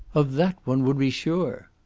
of that one would be sure.